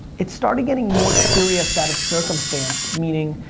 it started getting more serious out of circumstances, meaning,